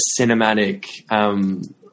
cinematic